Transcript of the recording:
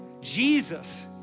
Jesus